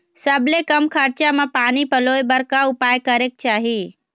सबले कम खरचा मा पानी पलोए बर का उपाय करेक चाही?